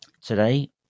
Today